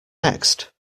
next